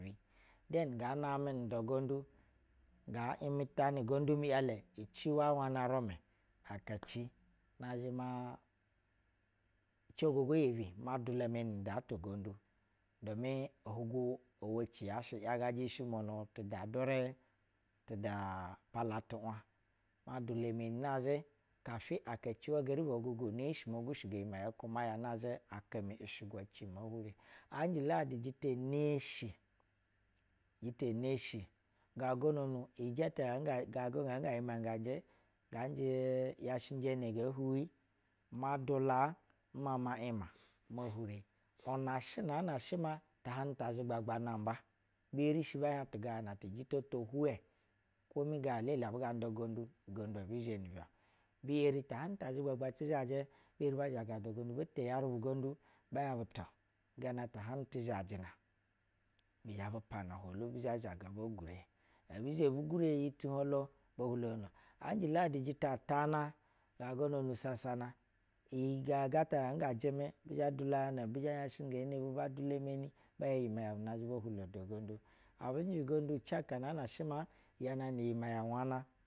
Dɛn ngaa namɛ nu da gondu nga yimɛta ugondu mu iɛlɛ ici hwa y wana rumɛ ivi na zhɛ ma ici eyebi ma duls meni nu da ata gondu domi ohuwo eweci ya shɛ yagajɛ umwono nda dure tuda piɛla tu’ wa ma duka menu kafi akaci hwayɛ geri no ogogo nesh imo gushigo iyi mɛyɛ ko maya nazhɛ aka mi ci me hure. nashɛ jita neshi jita neshi ga go no nu ijɛtɛ ga nga yi manga njɛ nga yashvnjɛ ne ngee huwi ma dula n ukn aina me hure una shɛ ma naan a shɛ ma ta hahnuta azhigbagba nawba be erishi bay a tuga nu dita hwɛ-o keni gana lele abu ga nda gondu ugondu ebi zhe ta ebi eri tahabnuta azhigbaga ti zhajɛ be eri ba zhaga pagandu ba lupa gana tahabnu ti zhajɛ na bi zhɛ-bu pana ohwolu bi zhɛ zhaga be gure ebizhɛ ebu gure iyi tuhoblo bo hulo nono anjɛ ladi jita tana ga gono nu sasana iyi ga gata nga nga jɛmɛ, bi zhɛ dulanana bi shɛ yashɛnga ene na shɛ bad ula meni na zhɛ bo hwulo uda gondu abu njɛ gondu ci aka na yima ngajɛ iyimɛ bwama.